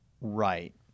Right